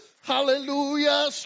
Hallelujah